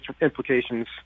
implications